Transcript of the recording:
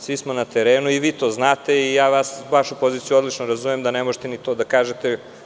Svi smo na terenu i vi to znate i vašu poziciju odlično razumem, da ne možete ni to da kažete.